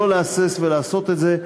לא להסס ולעשות את זה.